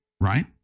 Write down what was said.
right